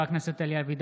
(קורא בשמות חברי הכנסת) אלי אבידר,